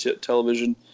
television